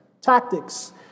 tactics